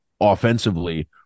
Offensively